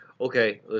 okay